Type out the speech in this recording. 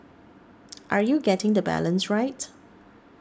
are you getting the balance right